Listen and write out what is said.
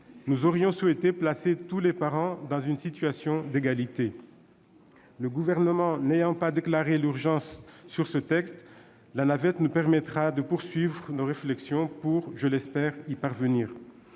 Nous aurions souhaité placer tous les parents dans une situation d'égalité. Le Gouvernement n'ayant pas déclaré l'urgence sur ce texte, la navette nous permettra de poursuivre nos réflexions pour, je l'espère, y parvenir.